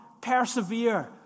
Persevere